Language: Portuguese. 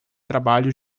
trabalho